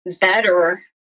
better